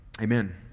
amen